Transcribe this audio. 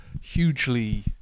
hugely